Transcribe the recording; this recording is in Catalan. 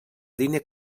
línia